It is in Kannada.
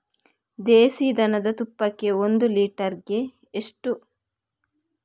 ದೇಸಿ ದನದ ತುಪ್ಪಕ್ಕೆ ಒಂದು ಲೀಟರ್ಗೆ ಎಷ್ಟು?